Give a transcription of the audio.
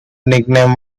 nickname